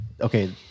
okay